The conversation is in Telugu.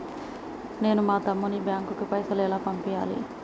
నేను మా తమ్ముని బ్యాంకుకు పైసలు ఎలా పంపియ్యాలి?